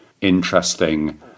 interesting